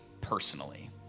personally